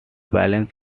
balance